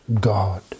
God